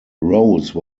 rose